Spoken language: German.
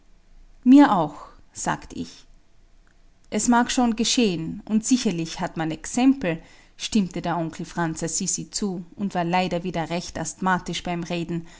mir auch sagt ich es mag schon geschehen und sicherlich hat man exempel stimmte der onkel franz assisi zu und war leider wieder recht asthmatisch beim reden